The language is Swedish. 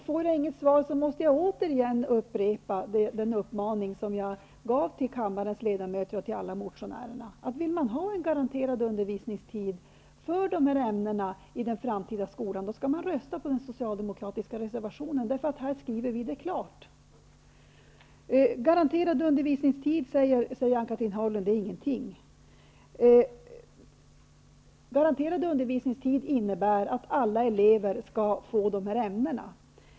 Får jag inget svar, måste jag återigen upprepa den uppmaning som jag gav till kammarens ledamöter och till alla motionärerna: Vill man ha en garanterad undervisningstid för de här ämnena i den framtida skolan, skall man rösta på den socialdemokratiska reservationen, för där skriver vi det klart. Garanterad undervisningstid betyder ingenting, säger Anne-Cathrine Haglund. Jo, garanterad undervisningstid innebär att alla elever skall få undervisning i de här ämnena.